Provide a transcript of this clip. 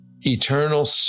eternal